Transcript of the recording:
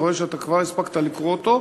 אני רואה שכבר הספקת לקרוא אותו.